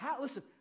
Listen